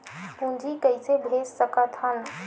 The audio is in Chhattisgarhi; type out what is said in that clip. पूंजी कइसे भेज सकत हन?